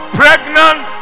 pregnant